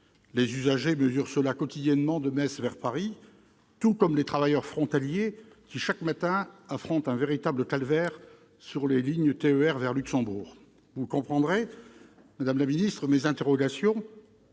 Les usagers le mesurent quotidiennement de Metz vers Paris, tout comme les travailleurs frontaliers qui, chaque matin, affrontent un véritable calvaire sur les lignes TER vers Luxembourg. Vous comprendrez donc, madame la ministre, mes interrogations